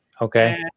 Okay